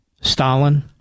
Stalin